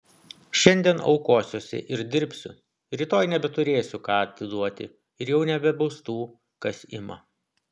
šiandien aukosiuosi ir dirbsiu rytoj nebeturėsiu ką atiduoti ir jau nebebus tų kas ima